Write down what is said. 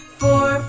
four